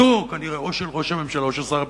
ששיירתו, או של ראש הממשלה או של שר הביטחון,